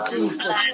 Jesus